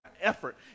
effort